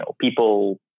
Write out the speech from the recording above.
people